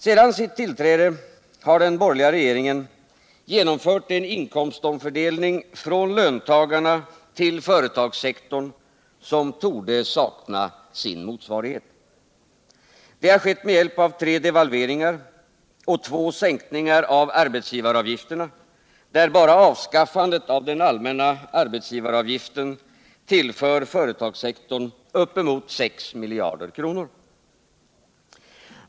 Sedan sitt tillträde har den borgerliga regeringen genomfört en inkomstfördelning från löntagarna till företagssektorn som torde sakna sin motsvarighet. Det har skett med hjälp av tre devalveringar och två sänkningar av arbetsgivaravgifterna, där bara avskaffandet av den allmänna arbetsgivaravgiften tillför företagssektorn uppemot 6 miljarder kronor.